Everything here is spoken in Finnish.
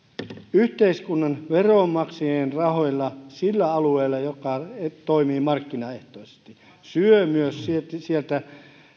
yhteiskunnan veronmaksajien rahoilla sillä alueella joka toimii markkinaehtoisesti syö myös